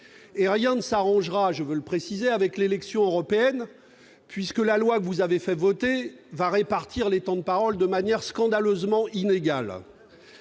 Et rien ne s'arrangera avec les élections européennes, puisque la loi que vous avez fait voter va répartir les temps de parole de manière scandaleusement inégale.